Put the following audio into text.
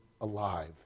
alive